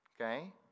Okay